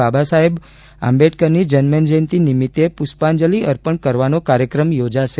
બાબાસાહેબની જન્મજયંતિ નિમિત્તે પૂષ્પાંજલી અર્પણ કરવાનો કાર્યક્રમ યોજાશે